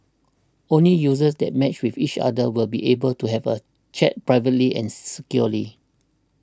only users that matched with each other will be able to have a chat privately and s securely